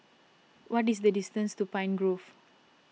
what is the distance to Pine Grove